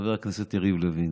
חבר הכנסת יריב לוין,